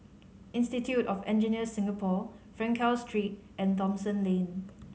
Institute of Engineers Singapore Frankel Street and Thomson Lane